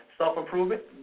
self-improvement